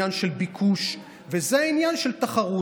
זה עניין של ביקוש וזה עניין של תחרות.